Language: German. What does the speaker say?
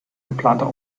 geplanter